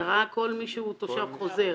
בהגדרה כל מי שהוא תושב חוזר.